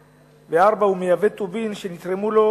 4. הוא מייבא טובין שנתרמו לו,